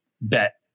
bet